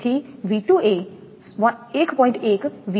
તેથી 𝑉2 એ 1